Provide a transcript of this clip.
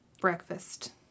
Breakfast